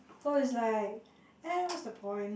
so it's like !eh! what's the point